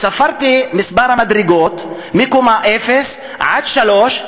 את מספר המדרגות מקומה 0 עד 3,